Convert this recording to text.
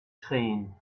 tränen